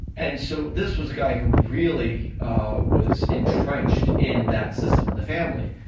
and so, this was a guy who really was entrenched in that system and the family,